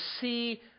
see